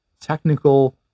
technical